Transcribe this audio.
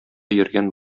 йөргән